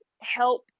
help